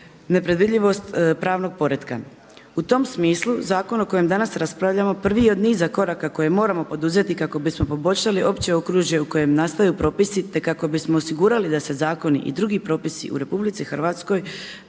i predvidljivost pravnog poretka. U tom smislu zakon o kojem danas raspravljamo prvi je od niza koraka koje moramo poduzeti kako bismo poboljšali opće okružje u kojem nastaju propisi, te kako bismo osigurali da se zakoni i drugi propisi u RH donose